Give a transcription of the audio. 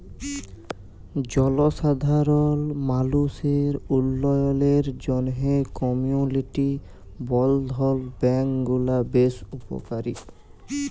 জলসাধারল মালুসের উল্ল্যয়লের জ্যনহে কমিউলিটি বলধ্ল ব্যাংক গুলা বেশ উপকারী